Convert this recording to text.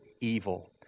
evil